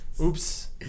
Oops